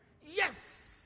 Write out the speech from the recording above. yes